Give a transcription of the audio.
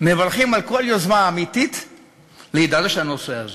מברכים על כל יוזמה אמיתית להידרש לנושא הזה,